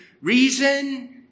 reason